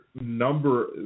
number